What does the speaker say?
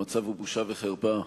המצב הוא בושה וחרפה.